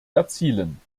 erzielen